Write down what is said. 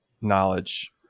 knowledge